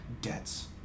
debts